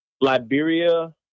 Liberia